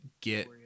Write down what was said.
get